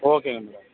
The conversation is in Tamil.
ஓகேங்க மேடம்